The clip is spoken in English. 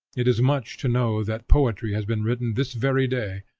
it is much to know that poetry has been written this very day,